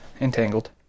entangled